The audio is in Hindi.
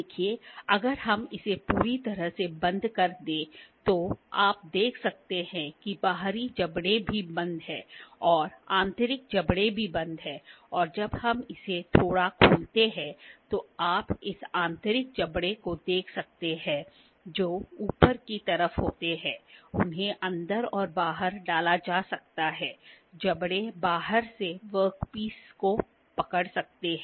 देखिए अगर हम इसे पूरी तरह से बंद कर दें तो आप देख सकते हैं कि बाहरी जबड़े भी बंद हैं और आंतरिक जबड़े भी बंद हैं और जब हम इसे थोड़ा खोलते हैं तो आप इस आंतरिक जबड़े को देख सकते हैं जो ऊपर की तरफ होते हैं उन्हें अंदर और बाहर डाला जा सकता है जबड़े बाहर से वर्कपीस को पकड़ सकते हैं